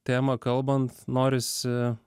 temą kalbant norisi